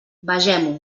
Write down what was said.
vegem